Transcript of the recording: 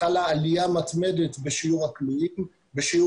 חלה עלייה מתמדת בשיעור העצורים,